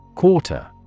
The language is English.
Quarter